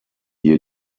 you